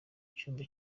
cyumba